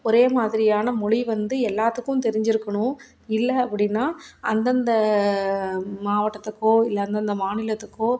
ஒரே மாதிரியான மொழி வந்து எல்லாத்துக்கும் தெரிஞ்சுருக்கணும் இல்லை அப்படின்னனா அந்தந்த மாவட்டத்துக்கோ இல்லை அந்தந்த மாநிலத்துக்கோ